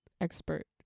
expert